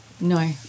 No